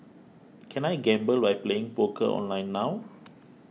can I gamble by playing poker online now